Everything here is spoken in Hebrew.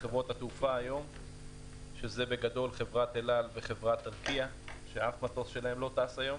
של חברות התעופה אל על וארקיע לא טס היום,